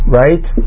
right